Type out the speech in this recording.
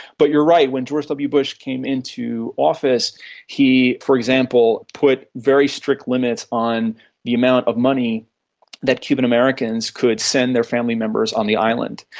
but you're right, when george w bush came into office he, for example, put very strict limits on the amount of money that cuban americans could send their family members on the island.